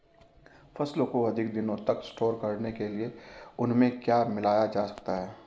फसलों को अधिक दिनों तक स्टोर करने के लिए उनमें क्या मिलाया जा सकता है?